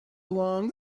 along